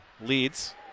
leads